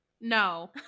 no